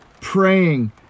praying